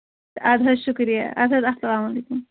اَدٕ حظ شُکریہ اَدٕ حظ السلامُ علیکُم